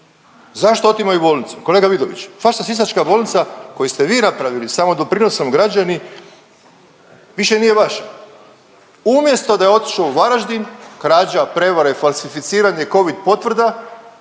Zašto otimaju bolnicu? Kolega Vidović, vaša sisačka bolnica koju ste vi napravili, samodoprinosom građani, više nije vaša umjesto da je otišao u Varaždin, krađa, prevare, falsificiranje covid potvrda,